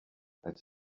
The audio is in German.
als